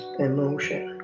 emotion